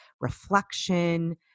reflection